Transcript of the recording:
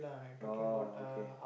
orh okay